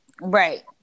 Right